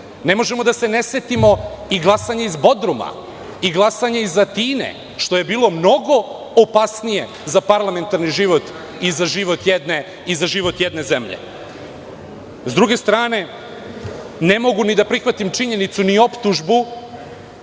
Ne možemo da se ne setimo i glasanja iz Bodruma i glasanja iz Atine, što je bilo mnogo opasnije za parlamentarni život i za život jedne zemlje.S druge strane, ne mogu ni da prihvatim činjenicu ni optužbu